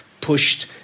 pushed